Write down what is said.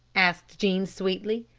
asked jean sweetly.